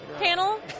panel